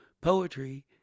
poetry